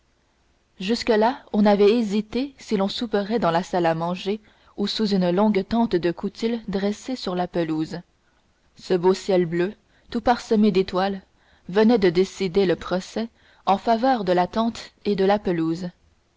jusque-là on avait hésité si l'on souperait dans la salle à manger ou sous une longue tente de coutil dressée sur la pelouse ce beau ciel bleu tout parsemé d'étoiles venait de décider le procès en faveur de la tente et de la pelouse